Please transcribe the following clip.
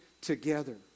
together